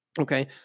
Okay